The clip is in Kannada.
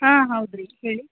ಹಾಂ ಹೌದು ರೀ ಹೇಳಿ